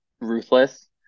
ruthless